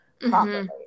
properly